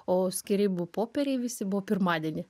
o skyrybų popieriai visi buvo pirmadienį